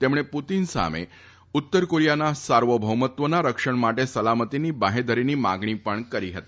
તેમણે પુતિન સામે ઉત્તર કોરીયાના સાર્વભૌમત્વના રક્ષણ માટે સલામતીની બાહેધરીની માંગણી પણ કરી હતી